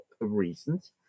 reasons